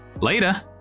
Later